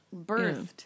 birthed